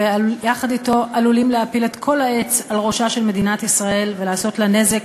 ויחד אתו עלולים להפיל את כל העץ על ראשה של מדינת ישראל ולעשות לה נזק